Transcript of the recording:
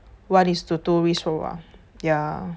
one is to two risk ya